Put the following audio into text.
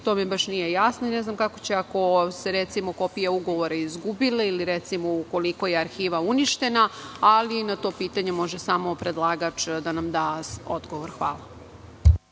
to mi baš nije jasno i ne znam kako će ako su se kopije ugovora izgubile ili ukoliko je arhiva uništena, ali na to pitanje može samo predlagač da nam da odgovor. Hvala.